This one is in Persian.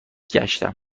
گشتم